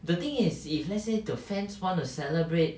the thing is if let's say the fans want to celebrate